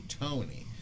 Tony